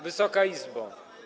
Wysoka Izbo!